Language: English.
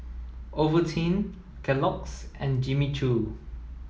Ovaltine Kellogg's and Jimmy Choo